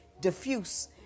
diffuse